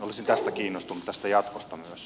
olisin tästä kiinnostunut tästä jatkosta myös